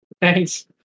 Thanks